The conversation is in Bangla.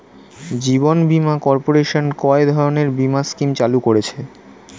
জীবন বীমা কর্পোরেশন কয় ধরনের বীমা স্কিম চালু করেছে?